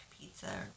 pizza